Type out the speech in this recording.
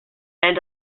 and